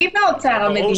מי באוצר המדינה?